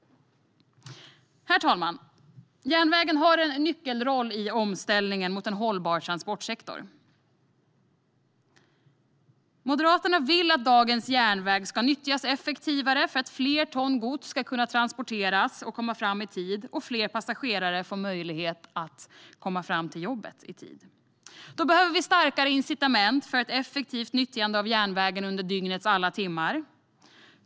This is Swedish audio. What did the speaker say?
Herr talman! Järnvägen har en nyckelroll i omställningen till en hållbar transportsektor. Moderaterna vill att dagens järnväg ska nyttjas effektivare för att fler ton gods ska kunna transporteras och komma fram i tid och fler passagerare ska få möjlighet att komma fram till jobbet i tid. Vi behöver starkare incitament för ett effektivt nyttjande av järnvägen under dygnets alla timmar.